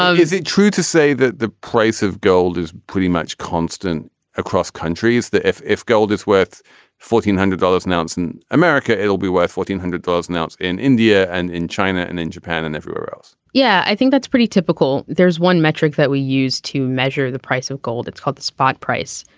is it true to say that the price of gold is pretty much constant across countries that if if gold is worth fourteen hundred dollars an ounce in america it'll be worth fourteen hundred dollars an ounce in india and in china and in japan and everywhere else yeah i think that's pretty typical. there's one metric that we use to measure the price of gold. it's called the spot price.